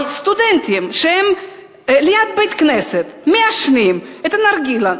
אבל סטודנטים שליד בית-כנסת מעשנים את הנרגילה,